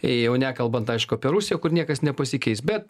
jau nekalbant aišku apie rusiją kur niekas nepasikeis bet